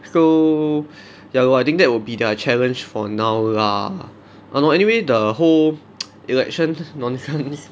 so ya lor I think that will be their challenge for now lah !hannor! anyway the whole election nonsense